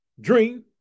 dream